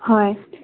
হয়